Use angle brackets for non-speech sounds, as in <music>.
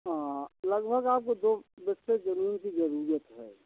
हाँ लगभग आपको दो <unintelligible> ज़मीन की ज़रूरत है